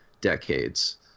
decades